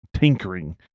tinkering